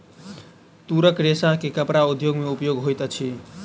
तूरक रेशा के कपड़ा उद्योग में उपयोग होइत अछि